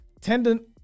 tendon